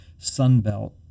Sunbelt